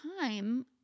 time